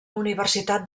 universitat